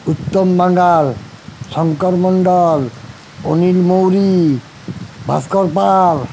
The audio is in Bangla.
উত্তম বাঙ্গাল শঙ্কর মণ্ডল অনিল মৌরী ভাস্কর পাল